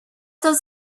does